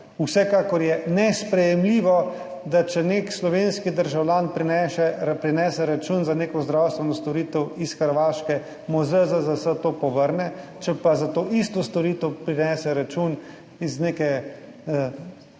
Vsekakor je nesprejemljivo, da če nek slovenski državljan prinese račun za neko zdravstveno storitev iz Hrvaške, mu ZZZS to povrne, če za to isto storitev prinese račun iz nekega